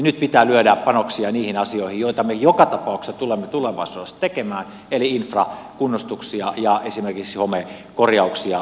nyt pitää lyödä panoksia niihin asioihin joita me joka tapauksessa tulemme tulevaisuudessa tekemään eli infrakunnostuksia ja esimerkiksi homekor jauksia myöskin